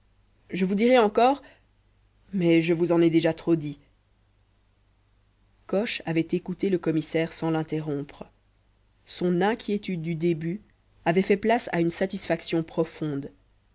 je vous dirai encore mais je vous en ai déjà trop dit coche avait écouté le commissaire sans l'interrompre son inquiétude du début avait fait place à une satisfaction profonde